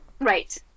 Right